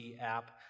app